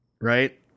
right